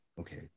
okay